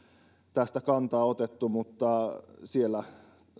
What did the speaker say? tähän kantaa otettu mutta siellä